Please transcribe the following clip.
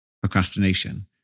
procrastination